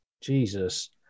Jesus